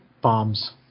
bombs